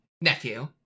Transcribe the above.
Nephew